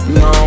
no